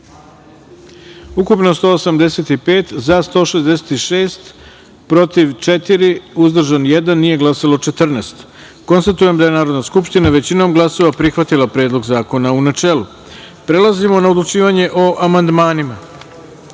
ukupno – 185, za – 166, protiv – četiri, uzdržan – jedan, nije glasalo – 14.Konstatujem da je Narodna skupština većinom glasova prihvatila Predlog zakona, u načelu. Prelazimo na odlučivanje o amandmanima. Na